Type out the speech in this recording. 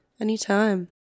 Anytime